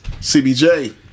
CBJ